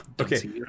Okay